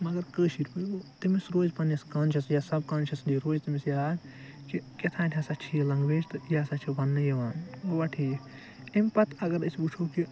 مگر کٲشر پٲٹھۍ تٔمس روزِ پَننِس کانٛشَس یا سَب کانشسلی روزِ تٔمِس یاد کہ کیٚتھانۍ ہَسا چھِ یہِ لنگویج تہٕ یہِ ہَسا چھِ وَننہٕ یِوان گوٚوَ ٹھیٖک امہ پَتہٕ اگر أسۍ وٕچھو کہ